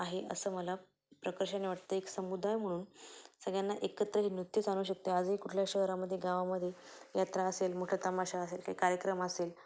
आहे असं मला प्रकर्षाने वाटतं एक समुदाय म्हणून सगळ्यांना एकत्र हे नृत्यच आणू शकते आजही कुठल्या शहरामध्ये गावामध्ये यात्रा असेल मोठा तमाशा असेल काही कार्यक्रम असेल